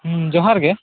ᱦᱩᱸ ᱡᱚᱦᱟᱨ ᱜᱮ